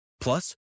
Plus